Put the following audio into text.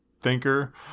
thinker